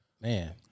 Man